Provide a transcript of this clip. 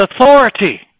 authority